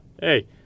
Hey